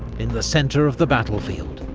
in the centre of the battlefield.